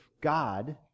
God